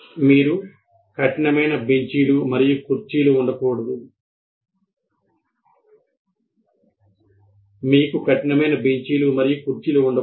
మీకు కఠినమైన బెంచీలు మరియు కుర్చీలు ఉండకూడదు మరియు సమూహ చర్చలను ఆశించవచ్చు